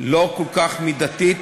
לא כל כך מידתית,